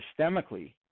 systemically